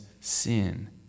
sin